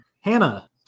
Hannah